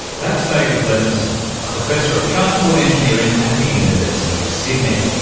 that's david levinson, a professor of transport engineering at the university of sydney.